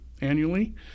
annually